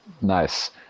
Nice